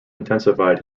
intensified